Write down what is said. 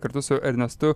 kartu su ernestu